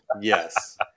Yes